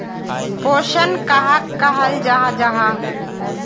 पोषण कहाक कहाल जाहा जाहा?